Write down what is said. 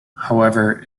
however